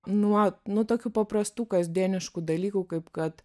nuo nuo tokių paprastų kasdieniškų dalykų kaip kad